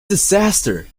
disaster